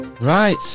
Right